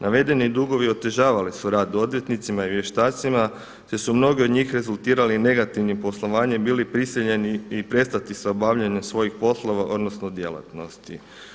Navedeni dugovi otežavali su rad odvjetnicima i vještacima, te su mnogi od njih rezultirali negativnim poslovanjem bili prisiljeni i prestati sa obavljanjem svojih poslova, odnosno djelatnosti.